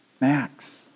Max